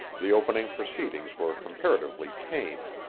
the opening proceedings were comparatively tame.